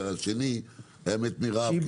והשני היה מת מרעב,